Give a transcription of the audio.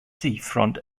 seafront